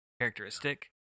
characteristic